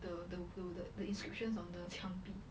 the the the the inscriptions on the 墙壁